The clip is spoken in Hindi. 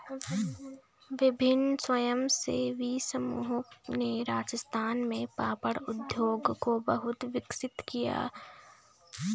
विभिन्न स्वयंसेवी समूहों ने राजस्थान में पापड़ उद्योग को बहुत विकसित किया